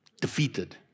Defeated